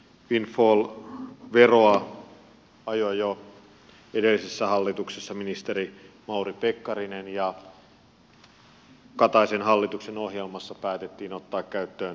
windfall veroa ajoi jo edellisessä hallituksessa ministeri mauri pekkarinen ja kataisen hallituksen ohjelmassa windfall vero päätettiin ottaa käyttöön